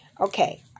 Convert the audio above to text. Okay